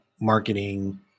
marketing